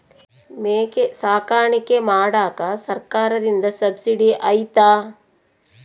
ಮೇಕೆ ಸಾಕಾಣಿಕೆ ಮಾಡಾಕ ಸರ್ಕಾರದಿಂದ ಸಬ್ಸಿಡಿ ಐತಾ?